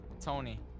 Tony